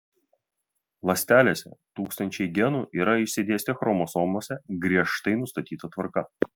ląstelėse tūkstančiai genų yra išsidėstę chromosomose griežtai nustatyta tvarka